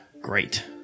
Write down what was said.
Great